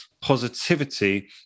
positivity